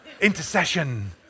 intercession